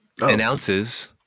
announces